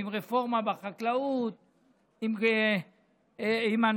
עם רפורמה בחקלאות,